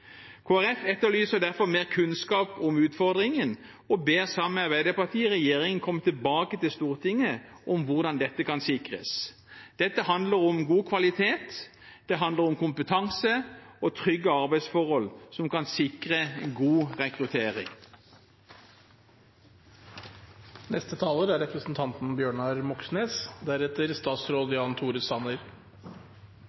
Folkeparti etterlyser derfor mer kunnskap om utfordringen og ber, sammen med Arbeiderpartiet, regjeringen komme tilbake til Stortinget med hvordan dette kan sikres. Dette handler om god kvalitet, og det handler om kompetanse og trygge arbeidsforhold som kan sikre god